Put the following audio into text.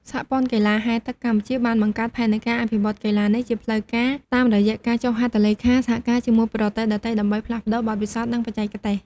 សហព័ន្ធកីឡាហែលទឹកកម្ពុជា បានបង្កើតផែនការអភិវឌ្ឍកីឡានេះជាផ្លូវការតាមរយៈការចុះហត្ថលេខាសហការជាមួយប្រទេសដទៃ ដើម្បីផ្លាស់ប្តូរបទពិសោធន៍ និងបច្ចេកទេស។